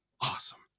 Awesome